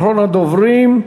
אחרון הדוברים,